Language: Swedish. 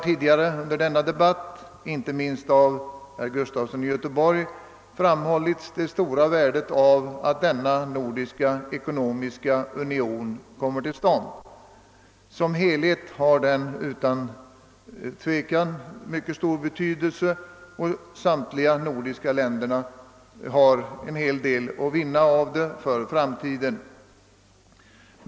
Tidigare har under denna debatt — inte minst av herr Gustafson i Göteborg — framhållits det stora värde som ligger i att denna nordiska ekonomiska union kommer till stånd. Som helhet har den utan tvekan mycket stor betydelse, och samtliga nordiska länder har en hel del att vinna av denna union i framtiden.